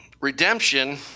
redemption